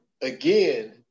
again